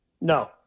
No